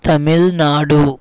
Tamil Nadu